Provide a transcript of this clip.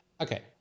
okay